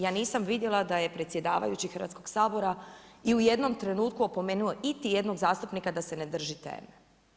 Ja nisam vidjela da je predsjedavajući Hrvatskog sabora i u jednom trenutku opomenuo iti jednog zastupnika da se ne drži teme.